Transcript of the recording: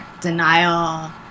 denial